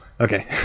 Okay